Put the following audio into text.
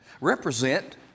represent